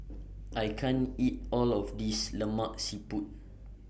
I can't eat All of This Lemak Siput